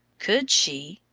could she,